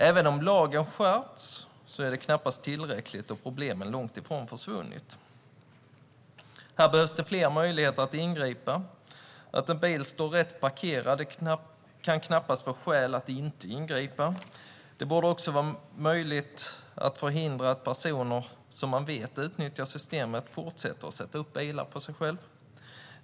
Även om lagen har skärpts är det knappast tillräckligt, då problemen långt ifrån försvunnit. Här behövs det fler möjligheter att ingripa. Att en bil står rätt parkerad kan knappast vara skäl att inte ingripa. Det borde också vara möjligt att förhindra att personer som man vet utnyttjar systemet fortsätter att sätta upp bilar på sig själv.